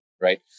right